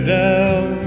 down